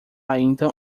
ainda